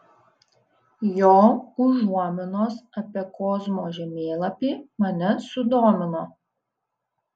jo užuominos apie kozmo žemėlapį mane sudomino